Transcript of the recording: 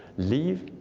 leave